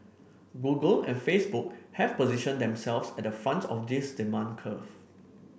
Google and Facebook have positioned themselves at the front of this demand curve